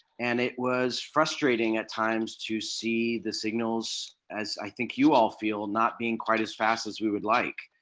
and it was frustrating at times to see the signals as i think you all feel not being quite as fast as we would like.